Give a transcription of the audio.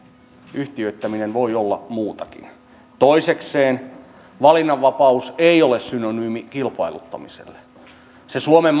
yhtiöittäminen voi olla muutakin toisekseen valinnanvapaus ei ole synonyymi kilpailuttamiselle sen suomen